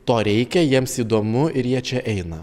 to reikia jiems įdomu ir jie čia eina